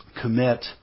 commit